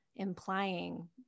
implying